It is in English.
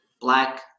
black